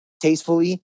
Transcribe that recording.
tastefully